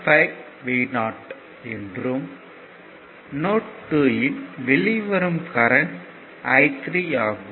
5 Vo என்றும் note 2 யின் வெளிவரும் கரண்ட் I3 ஆகும்